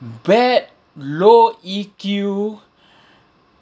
bad low E_Q